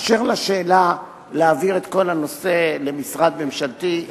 אשר לשאלה על העברת כל הנושא למשרד ממשלתי,